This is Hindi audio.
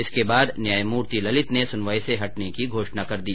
इसके बाद न्यायमूर्ति ललित ने सुनवाई से हटने की घोषणा कर दी